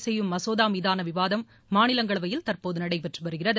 செய்யும் மசோதா மீதான விவாதம் மாநிலங்களவையில் தற்போது நடைபெற்று வருகிறது